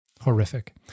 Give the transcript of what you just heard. Horrific